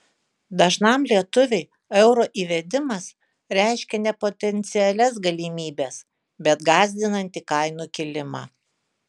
dažnam lietuviui euro įvedimas reiškia ne potencialias galimybes bet gąsdinantį kainų kilimą